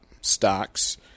stocks